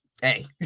Hey